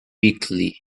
weakly